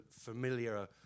familiar